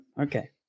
Okay